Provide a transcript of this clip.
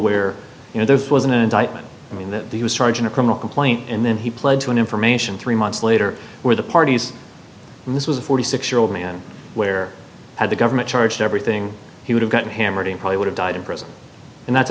where you know there was an indictment i mean that he was charged in a criminal complaint and then he pled to an information three months later where the parties and this was a forty six year old man where had the government charged everything he would have gotten hammered him probably would have died in prison and that's